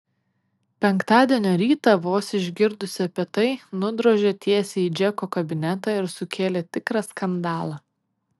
penktadienio rytą vos išgirdusi apie tai nudrožė tiesiai į džeko kabinetą ir sukėlė tikrą skandalą